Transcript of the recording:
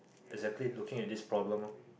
exactly looking at this problem loh